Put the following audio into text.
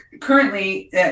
currently –